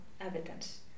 evidence